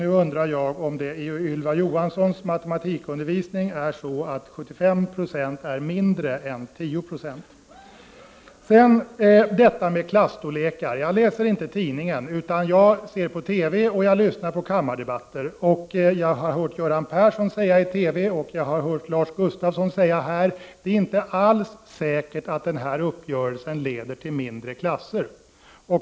Nu undrar jag om det enligt Ylva Johanssons matematikundervisning är så att 75 20 är mindre än 10 20? Sedan detta med klasstorlekar. Jag läser inte tidningen, utan jag ser på TV och jag lyssnar på kammardebatterna. Jag har hört Göran Persson säga i TV och jag har hört Lars Gustafsson säga här att det inte alls är säkert att denna uppgörelse leder till mindre klasser.